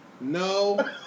no